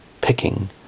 picking